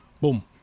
boom